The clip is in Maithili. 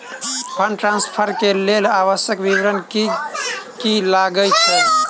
फंड ट्रान्सफर केँ लेल आवश्यक विवरण की की लागै छै?